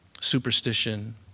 superstition